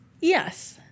Yes